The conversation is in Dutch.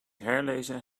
herlezen